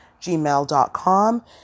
gmail.com